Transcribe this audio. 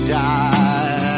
die